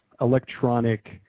electronic